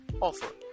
offer